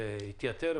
זה יתייתר.